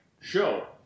show